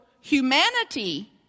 humanity